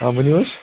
آ ؤنِو حظ